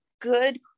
good